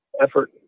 effort